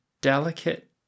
delicate